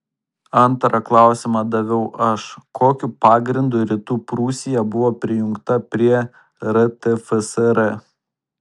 antrą klausimą daviau aš kokiu pagrindu rytų prūsija buvo prijungta prie rtfsr